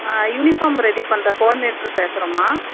ஆ uniform ready பண்ணுற coordinator பேசுகிறேன்மா